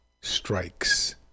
strikes